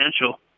potential